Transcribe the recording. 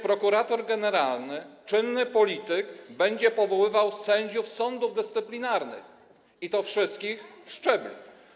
Prokurator generalny, czynny polityk będzie powoływał również sędziów sądów dyscyplinarnych, i to wszystkich szczebli.